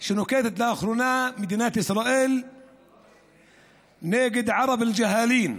שנוקטת לאחרונה מדינת ישראל נגד ערב אל-ג'האלין,